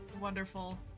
Wonderful